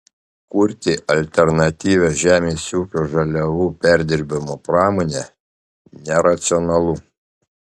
kurti alternatyvią žemės ūkio žaliavų perdirbimo pramonę neracionalu